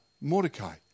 Mordecai